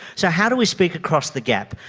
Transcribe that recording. so how do we speak across the gap,